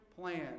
plan